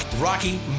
Rocky